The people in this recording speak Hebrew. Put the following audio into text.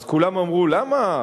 אז כולם אמרו: למה?